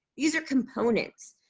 these are components.